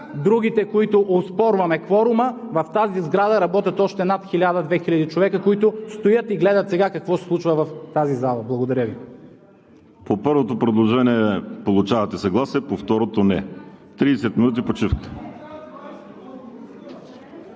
другите, които оспорваме кворума, в тази сграда работят още над 1000 – 2000 човека, които стоят и гледат сега какво се случва в тази зала. Благодаря Ви. ПРЕДСЕДАТЕЛ ВАЛЕРИ СИМЕОНОВ: По първото предложение получавате съгласие, по второто – не. Тридесет минути почивка.